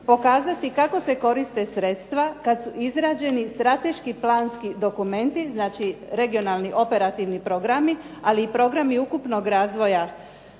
pokazati kako se koriste sredstva kad su izrađeni strateški planski dokumenti, znači regionalni operativni programi, ali i programi ukupnog razvoja